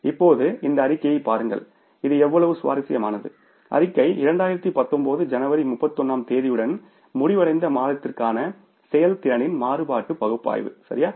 இப்போது இந்த அறிக்கையைப் பாருங்கள் இது எவ்வளவு சுவாரஸ்யமானது அறிக்கை 2019 ஜனவரி 31 ஆம் தேதியுடன் முடிவடைந்த மாதத்திற்கான செயல்திறனின் மாறுபாடு பகுப்பாய்வு சரியா